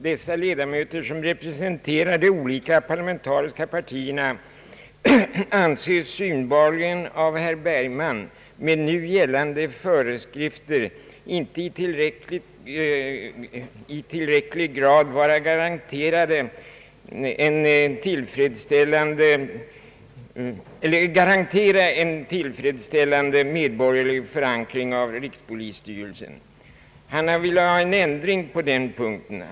Dessa ledamöter, som representerar de olika parlamentariska partierna, anses synbarligen av herr Bergman med nu gällande föreskrifter inte i tillräcklig grad garantera en tillfredsställande medborgerlig förankring av rikspolisstyrelsen. Herr Bergman vill ha en ändring på den punkten.